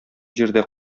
җирдә